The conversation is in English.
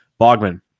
Bogman